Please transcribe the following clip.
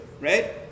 right